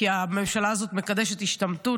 כי הממשלה הזאת מקדשת השתמטות,